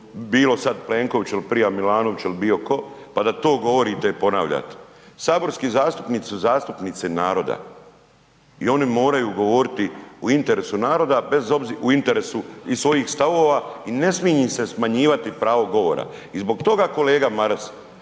bilo sada Plenkoviću ili prija Milanoviću ili bio ko, pa da to govorite i ponavljate. Saborski zastupnici su zastupnici naroda i oni moraju govoriti u interesu naroda i u interesu svojih stavova i ne smi im se smanjivati pravo govora. I zbog toga kolega Maras